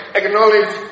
acknowledge